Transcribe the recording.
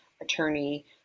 attorney